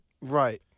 Right